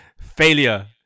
Failure